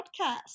podcast